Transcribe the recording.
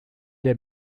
der